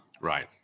Right